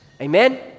amen